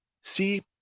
see